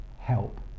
help